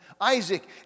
Isaac